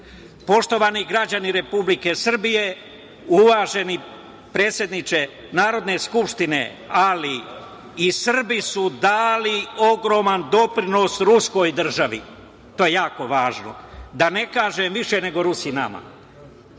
zanemeo. Poštovani građani Republike Srbije, uvaženi predsedniče Narodne skupštine, ali i Srbi su dali ogroman doprinos ruskoj državi, to je jako važno, da ne kažem više nego Rusi nama.